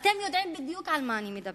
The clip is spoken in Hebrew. ואתם יודעים בדיוק על מה אני מדברת.